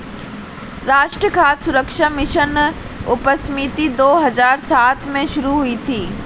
राष्ट्रीय खाद्य सुरक्षा मिशन उपसमिति दो हजार सात में शुरू हुई थी